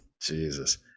Jesus